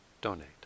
donate